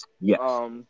Yes